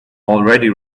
already